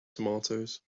tomatoes